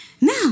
Now